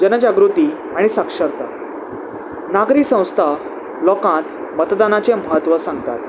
जनजागृती आनी साक्षरता नागरी संस्था लोकांत मतदानाचें म्हत्व सांगतात